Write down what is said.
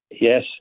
Yes